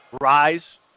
rise